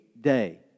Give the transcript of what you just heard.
day